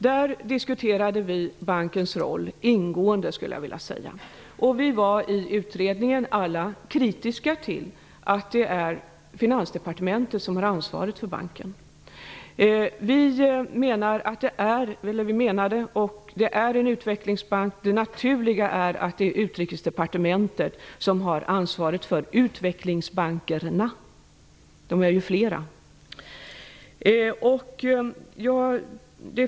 Där diskuterade vi ingående bankens roll. Alla i utredningen var kritiska till att Finansdepartementet har ansvaret för banken. Vi menade att den är en utvecklingsbank och att det naturliga är att Utrikesdepartementet har ansvaret för utvecklingsbankerna - de är ju flera.